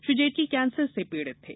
Shri Jaitley cancer से पीड़ित थे